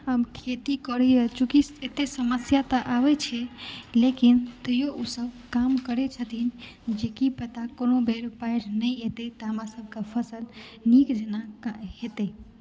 हम खेती करैया चुकी एत्ते समस्या तऽ आबै छै लेकिन तइयो ओ सब काम करै छथिन जे की पता कोनो बेर बाढि नहि एतै तऽ हमरा सब के फसल नीक जेना हेतै